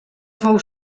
fou